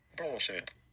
Bullshit